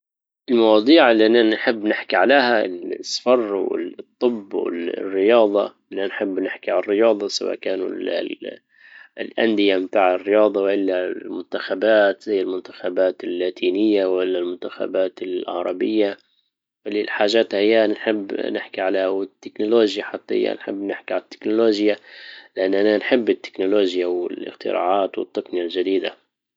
المواضيع اللي انا نحب نحكي عليها السفر والطب والرياضة اللي نحب نحكي عن الرياضة سواء كانوا الاندية متاع الرياضة والا المنتخبات زي المنتخبات اللاتينية ولا المنتخبات العربية وللحاجات هيا نحب نحكي عليها والتكنولوجيا حتى هي نحب نحكي عالتكنولوجيا لاننا نحب التكنولوجيا والاختراعات والتقنية الجديدة